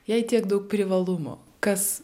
jei tiek daug privalumų kas